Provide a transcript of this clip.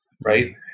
right